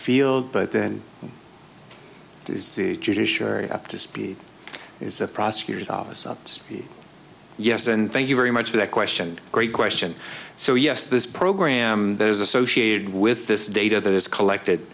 field but then is the judiciary up to speed is the prosecutor's office up to speed yes and thank you very much for that question great question so yes this program that is associated with this data that is collect